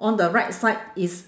on the right side is